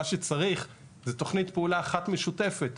מה שצריך זה תוכנית פעולה אחת משותפת,